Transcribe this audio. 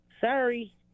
Sorry